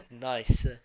nice